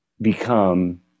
become